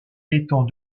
étant